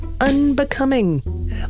Unbecoming